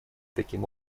таким